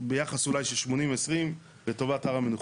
ביחס אולי של 80-20 לטובת הר המנוחות,